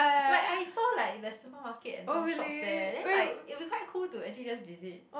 like I saw like the supermarket and some shops there then like it'll be quite cool to actually just visit